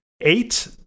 eight